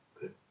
Good